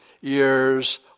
years